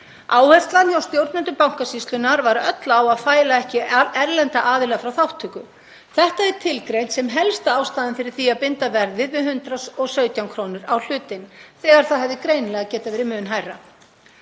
Áherslan hjá stjórnendum Bankasýslunnar var öll á að fæla ekki erlenda aðila frá þátttöku. Þetta er tilgreint sem helsta ástæðan fyrir því að binda verðið við 117 kr. á hlutinn þegar það hefði greinilega getað verið mun hærra.